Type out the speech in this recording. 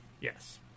Yes